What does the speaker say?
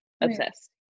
obsessed